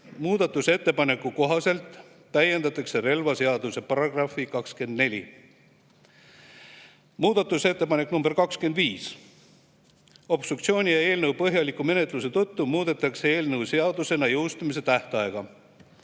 Muudatusettepaneku kohaselt täiendatakse relvaseaduse § 24. Muudatusettepanek nr 25: obstruktsiooni ja eelnõu põhjaliku menetluse tõttu muudetakse eelnõu seadusena jõustumise tähtaega.